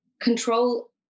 control